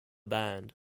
band